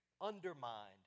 undermined